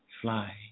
fly